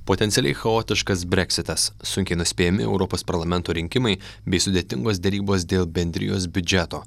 potencialiai chaotiškas breksitas sunkiai nuspėjami europos parlamento rinkimai bei sudėtingos derybos dėl bendrijos biudžeto